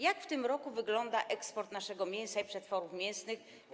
Jak w tym roku wygląda eksport naszego mięsa i przetworów mięsnych?